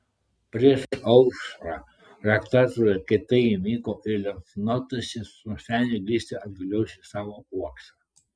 prieš aušrą raktažolė kietai įmigo ir liepsnotasis nusprendė grįžti atgalios į savo uoksą